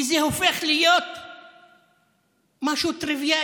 כי זה הופך להיות משהו טריוויאלי,